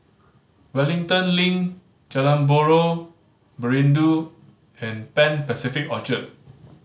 Wellington Link Jalan Buloh Perindu and Pan Pacific Orchard